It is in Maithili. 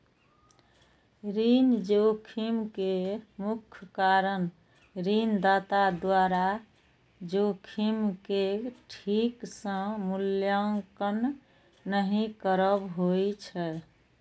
ऋण जोखिम के मुख्य कारण ऋणदाता द्वारा जोखिम के ठीक सं मूल्यांकन नहि करब होइ छै